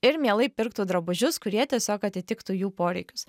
ir mielai pirktų drabužius kurie tiesiog atitiktų jų poreikius